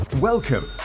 Welcome